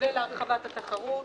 מתווה להרחבת התחרות,